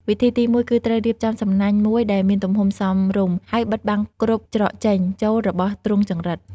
វិធីទីមួយ គឺត្រូវរៀបចំសំណាញ់មួយដែលមានទំហំសមរម្យ ហើយបិទបាំងគ្រប់ច្រកចេញចូលរបស់ទ្រុងចង្រិត។